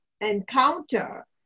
encounter